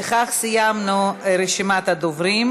בכך סיימנו רשימת הדוברים,